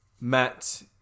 Matt